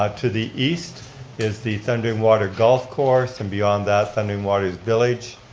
ah to the east is the thundering waters golf course and beyond that, thundering waters village.